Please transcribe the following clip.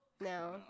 No